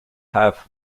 half